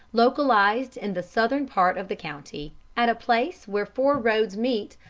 localized in the southern part of the county, at a place where four roads meet,